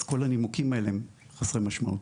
אז כל הנימוקים האלה הם חסרי משמעות.